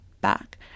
back